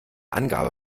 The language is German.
angabe